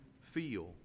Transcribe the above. feel